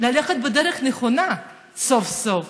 ללכת בדרך נכונה, סוף-סוף.